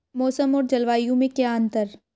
मौसम और जलवायु में क्या अंतर?